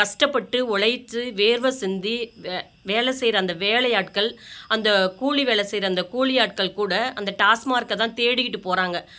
கஷ்டப்பட்டு உழைத்து வேர்வை சிந்தி வே வேலை செய்கிற அந்த வேலையாட்கள் அந்தக் கூலி வேலை செய்கிற அந்தக் கூலி ஆட்கள் கூட அந்த டாஸ்மார்க்கை தான் தேடிக்கிட்டுப் போகிறாங்க